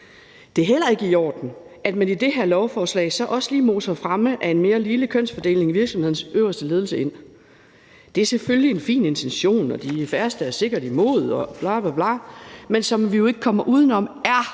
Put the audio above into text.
Det er heller ikke i orden, at man i det her lovforslag så også lige moser fremme af en mere ligelig kønsfordeling i virksomhedernes øverste ledelse ind. Det er selvfølgelig en fin intention, og de færreste er sikkert imod og bla bla, men vi kommer